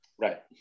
Right